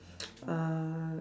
uh